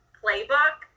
playbook